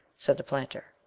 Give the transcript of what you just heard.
said the planter.